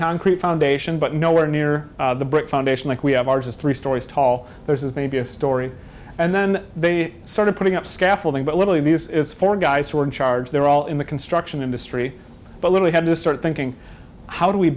concrete foundation but nowhere near the brick foundation like we have ours is three stories tall there is maybe a story and then they started putting up scaffolding but literally this is four guys who are in charge they're all in the construction industry but literally had to start thinking how do we